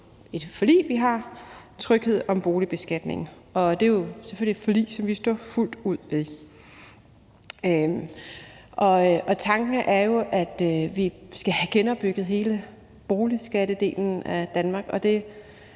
et forlig, vi har indgået om tryghed om boligbeskatningen. Det er et forlig, som vi selvfølgelig fuldt ud står ved. Tanken er, at vi skal have genopbygget hele boligskattedelen af Danmark, og det